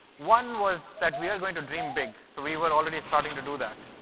one was that we are going to dream big. so we were already starting to do that.